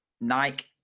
Nike